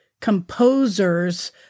composers